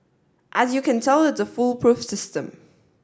as you can tell it's a foolproof system